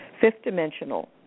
fifth-dimensional